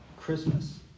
Christmas